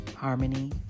harmony